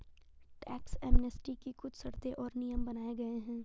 tax amnesty की कुछ शर्तें और नियम बनाये गये हैं